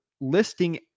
listing